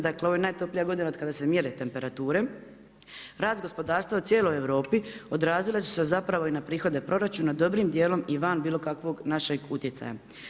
Dakle, ovo je najtoplija godina od kada se mjere temperature, rast gospodarstva u cijeloj Europi odrazile su se zapravo i na prihode proračuna dobrim dijelom i van bilo kakvog našeg utjecaja.